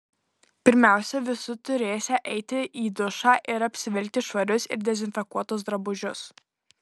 pirmiausia visi turėsią eiti į dušą ir apsivilkti švarius ir dezinfekuotus drabužius